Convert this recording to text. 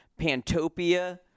Pantopia